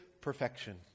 perfection